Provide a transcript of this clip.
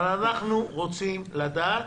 אבל אנחנו רוצים לדעת